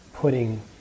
Putting